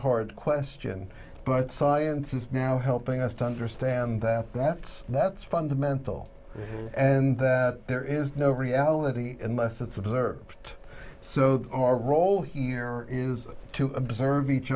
hard question but science is now helping us to understand that that's that's fundamental and that there is no reality unless it's observed so our role here is to observe each